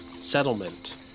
settlement